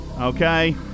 Okay